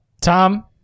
Tom